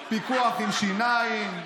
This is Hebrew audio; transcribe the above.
פיקוח עם שיניים,